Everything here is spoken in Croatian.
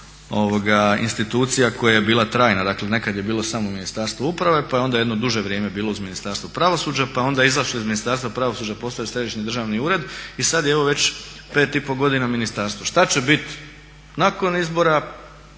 institucija koja je bila trajna. Dakle nekad je bilo samo Ministarstvo uprave, pa je onda jedno duže vrijeme bilo uz Ministarstvo pravosuđa, pa je onda izašlo iz Ministarstva pravosuđa i postao je Središnji državni ured i sada je evo već 5,5 godina Ministarstvo. Šta će biti nakon izbora,